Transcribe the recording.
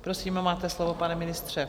Prosím, máte slovo, pane ministře.